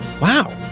Wow